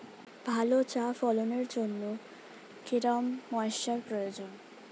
ভালো চা ফলনের জন্য কেরম ময়স্চার প্রয়োজন?